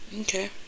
Okay